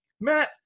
Matt